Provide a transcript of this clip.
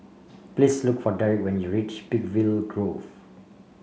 please look for Derik when you reach Peakville Grove